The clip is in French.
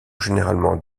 généralement